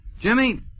Jimmy